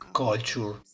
culture